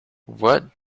what